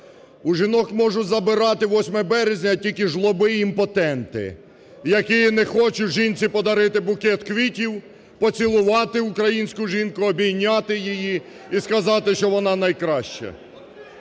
У жінок можуть забирати 8 березня тільки жлоби і імпотенти, які не хочуть жінці подарити букет квітів, поцілувати українську жінку, обійняти її і сказати, що вона найкраща.